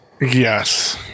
Yes